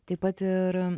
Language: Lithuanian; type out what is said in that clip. taip pat ir